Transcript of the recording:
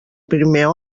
primer